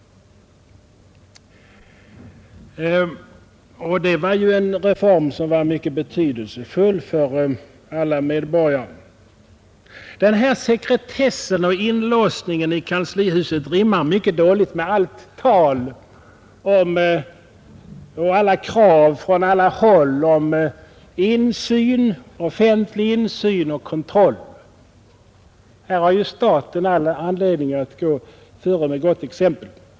Och det var ju en reform som var mycket betydelsefull för alla medborgare. Den här sekretessen och inlåsningen i kanslihuset rimmar mycket dåligt med allt tal om och alla krav från alla håll om offentlig insyn och kontroll. Här har ju staten all anledning att gå före med gott exempel.